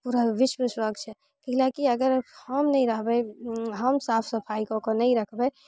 पूरा विश्व स्वच्छ कैलाकि अगर हम नहि रहबै हम साफ सफाइ कऽ कऽ नहि रखबै